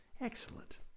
Excellent